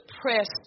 press